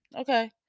okay